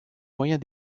moyens